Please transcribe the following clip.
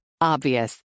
Obvious